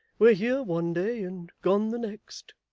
we're here one day and gone the next